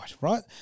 right